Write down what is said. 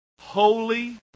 holy